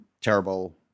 terrible